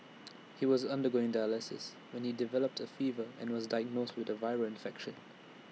he was undergoing dialysis when he developed A fever and was diagnosed with A viral infection